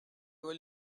were